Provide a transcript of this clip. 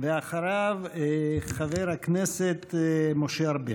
אחריו, חבר הכנסת משה ארבל.